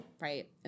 right